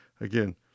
again